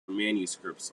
manuscripts